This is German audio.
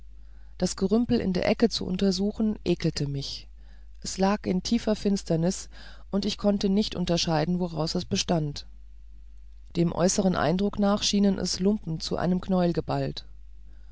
das gerümpel in der ecke zu durchsuchen ekelte ich mich es lag in tiefer finsternis und ich konnte nicht unterscheiden woraus es bestand dem äußeren eindruck nach schienen es lumpen zu einem knäuel geballt